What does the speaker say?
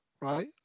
Right